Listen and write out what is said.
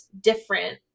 different